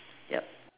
yup